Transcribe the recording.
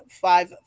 five